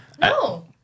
No